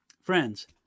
Friends